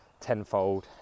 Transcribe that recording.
tenfold